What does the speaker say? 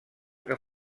que